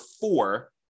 four